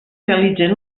realitzen